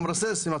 עם המרסס.